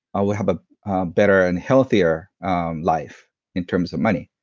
ah we'll have a better and healthier life in terms of money.